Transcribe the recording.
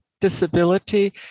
disability